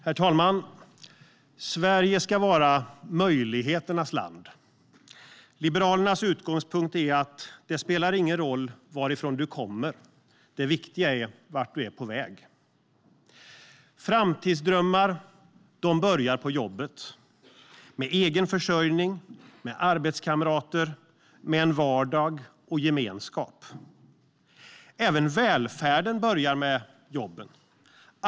Herr talman! Sverige ska vara möjligheternas land. Liberalernas utgångspunkt är att det inte spelar någon roll varifrån du kommer. Det viktiga är vart du är på väg. Framtidsdrömmar börjar på jobbet med egen försörjning, arbetskamrater och en vardag och gemenskap. Även välfärden börjar med jobben.